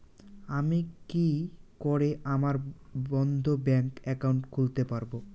আমি কি করে আমার বন্ধ ব্যাংক একাউন্ট খুলতে পারবো?